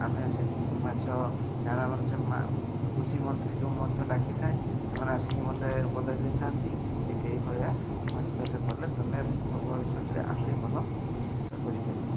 ଆମେ ସେ ମାଛ ଜାଆଁଳ କୃଷି ମନ୍ତ୍ରୀକୁ ମଧ୍ୟ ଡାକିଥାଏ ସେମାନେ ଆସିକି ମୋତେ ଉପଦେଶ ଦେଇଥାନ୍ତି ଯେ ଏହି ଭଳିଆ ମାଛ ଚାଷ କଲେ ତୁମେ ଭ ଭବିଷ୍ୟତରେ ଆହୁରି ଭଲ ଚାଷ କରିପାରିବ